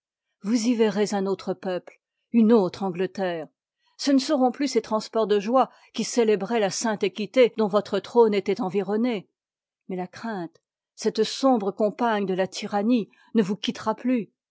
vous y verrez un autre peuple une autre angleterre ce ne seront plus ces transports de joie qui célébraient la sainte équité dont votre trône était environné mais la crainte cette sombre compagne de la ty rannie ne vous quittera plus